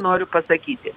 noriu pasakyti